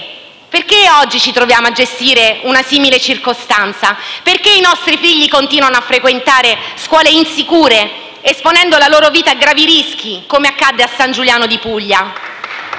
Perché oggi ci troviamo a gestire una simile circostanza? Perché i nostri figli continuano a frequentare scuole insicure esponendo la loro vita a gravi rischi, come accadde a San Giuliano di Puglia?